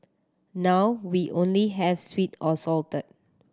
now we only have sweet or salted